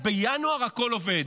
בינואר הכול עובד?